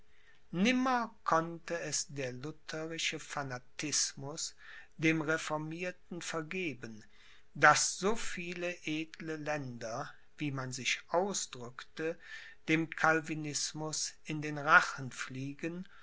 nimmer konnte es der lutherische fanatismus dem reformierten vergeben daß so viele edle länder wie man sich ausdrückte dem calvinismus in den rachen fliegen